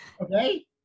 Okay